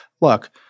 look